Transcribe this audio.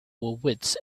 wits